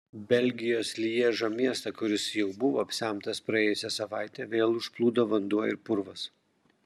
belgijos lježo miestą kuris jau buvo apsemtas praėjusią savaitę vėl užplūdo vanduo ir purvas